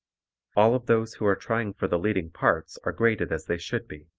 all of those who are trying for the leading parts are graded as they should be,